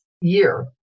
year